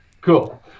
cool